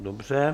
Dobře.